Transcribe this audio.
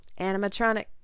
animatronic